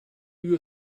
you